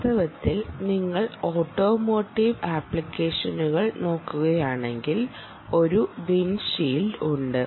വാസ്തവത്തിൽ നിങ്ങൾ ഓട്ടോമോട്ടീവ് ആപ്ലിക്കേഷനുകൾ നോക്കുകയാണെങ്കിൽ ഒരു വിൻഡ്ഷീൽഡ് ഉണ്ട്